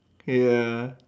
ya